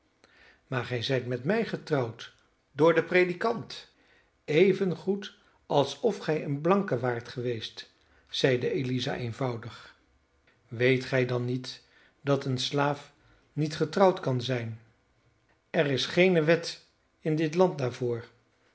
maar gij zijt met mij getrouwd door den predikant even goed alsof gij een blanke waart geweest zeide eliza eenvoudig weet gij dan niet dat een slaaf niet getrouwd kan zijn er is geene wet in dit land